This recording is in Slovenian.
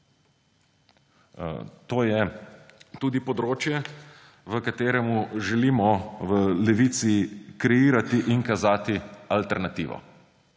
To je tudi področje, na katerem želimo v Levici kreirati in kazati alternativo.